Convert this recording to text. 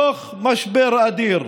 בתוך משבר אדיר.